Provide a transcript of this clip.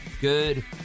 good